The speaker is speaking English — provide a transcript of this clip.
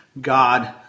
God